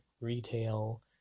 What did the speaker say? retail